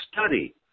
study